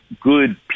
good